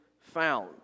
found